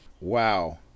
Wow